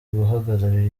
guhagararira